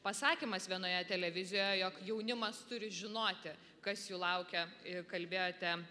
pasakymas vienoje televizijoje jog jaunimas turi žinoti kas jų laukia i kalbėjote